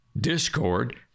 Discord